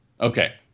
Okay